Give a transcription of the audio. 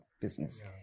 business